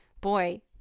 boy